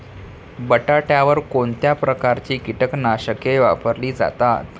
बटाट्यावर कोणत्या प्रकारची कीटकनाशके वापरली जातात?